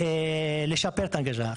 לשפר את ההנגשה.